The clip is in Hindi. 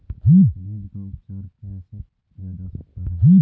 बीज का उपचार कैसे किया जा सकता है?